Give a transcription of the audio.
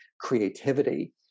creativity